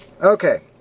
Okay